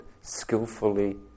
skillfully